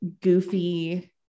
goofy